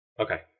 Okay